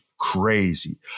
Crazy